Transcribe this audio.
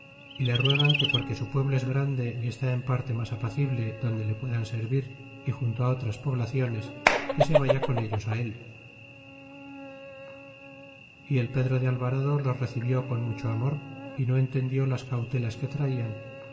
y le ruegan que porque su pueblo es grande y está en parte mas apacible donde le puedan servir é junto á otras poblaciones que se vaya con ellos á él y el pedro de alvarado los recibió con mucho amor y no entendió las cautelas que traian